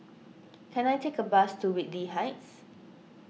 can I take a bus to Whitley Heights